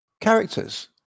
characters